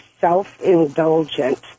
self-indulgent